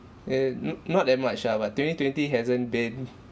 it n~ not that much ah but twenty twenty hasn't been